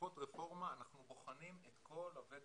בשיחות הרפורמה אנחנו בוחנים את כל הווקטורים,